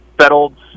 settled